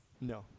No